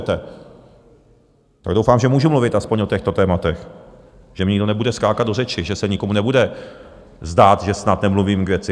Tak doufám, že mohu mluvit alespoň a těchto tématech, že mně nikdo nebude skákat do řeči, že se nikomu nebude zdát, že snad nemluvím k věci.